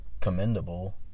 commendable